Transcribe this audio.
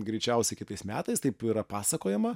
greičiausiai kitais metais taip yra pasakojama